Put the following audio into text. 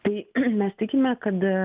tai mes tikime kad